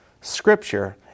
scripture